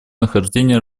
нахождения